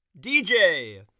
DJ